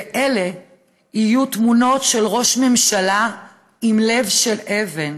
ואלה יהיו תמונות של ראש ממשלה עם לב של אבן.